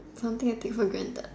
something I take for granted